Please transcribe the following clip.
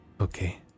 Okay